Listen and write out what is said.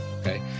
Okay